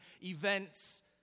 events